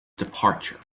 departure